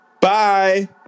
Bye